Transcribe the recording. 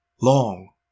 Long